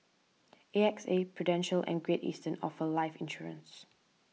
A X A Prudential and Great Eastern offer life insurance